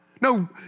No